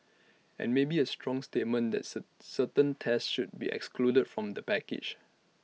and maybe A strong statement that sir certain tests should be excluded from the package